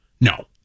No